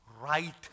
Right